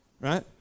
right